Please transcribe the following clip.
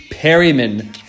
Perryman